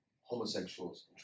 homosexuals